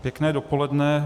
Pěkné dopoledne.